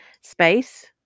space